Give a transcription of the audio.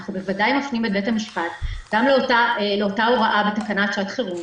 אנחנו בוודאי מפנים את בית המשפט גם לאותההוראה בתקנת שעת חירום,